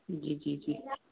जी जी जी